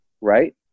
right